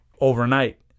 overnight